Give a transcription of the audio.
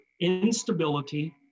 instability